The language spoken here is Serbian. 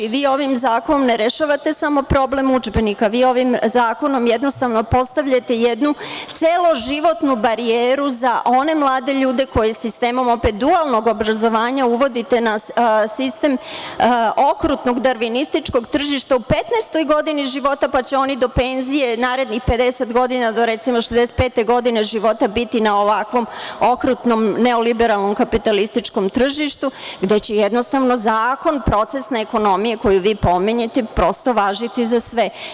Vi ovim zakonom ne rešavate samo problem udžbenika, vi ovim zakonom jednostavno postavljate jednu celoživotnu barijeru za one mlade ljude koji se sistemom, opet dualnog obrazovanja uvodite nas u sistem okrutnog darvinističkog tržišta u 15 godini života, pa će oni do penzije, narednih 50 godina, do recimo 65 godine života biti na ovakvom okrutnom neoliberalnom kapitalističkom tržištu, gde će jednostavno zakon procesne ekonomije koju vi pominjete prosto važiti za sve.